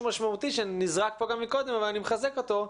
משמעותי שנזרק פה גם מקודם אבל אני מחזק אותו.